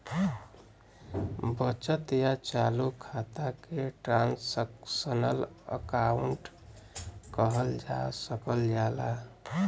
बचत या चालू खाता के ट्रांसक्शनल अकाउंट कहल जा सकल जाला